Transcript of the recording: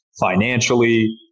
financially